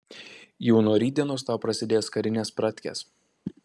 jau nuo rytdienos tau prasidės karinės pratkės